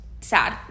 sad